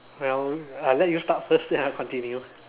well I let you start first then I continue